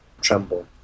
tremble